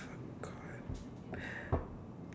I forgot